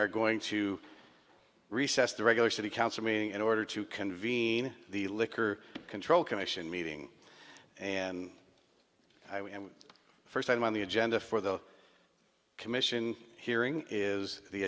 are going to recess the regular city council meeting in order to convene the liquor control commission meeting and the first item on the agenda for the commission hearing is the